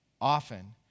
Often